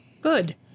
Good